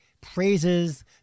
praises